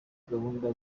gahunda